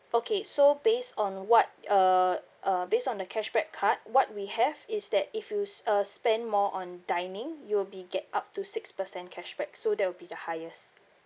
okay so based on what uh uh based on the cashback card what we have is that if you uh spend more on dining you'll be get up to six percent cashback so that will be the highest